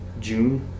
June